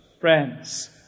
Friends